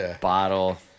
bottle